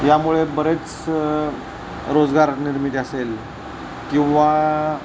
यामुळे बरेच रोजगार निर्मिती असेल किंवा